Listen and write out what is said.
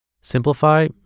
simplify